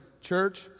church